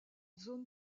zone